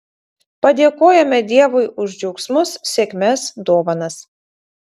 padėkojame dievui už džiaugsmus sėkmes dovanas